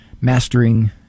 Mastering